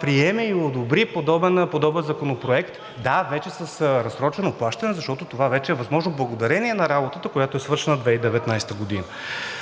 приеме и одобри подобен законопроект. Да, вече с разсрочено плащане, защото това вече е възможно благодарение на работата, която е свършена 2019 г.